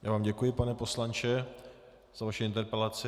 Já vám děkuji, pane poslanče, za vaši interpelaci.